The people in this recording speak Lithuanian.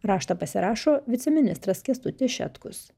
raštą pasirašo viceministras kęstutis šetkus